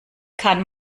kann